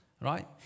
Right